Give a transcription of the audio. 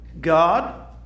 God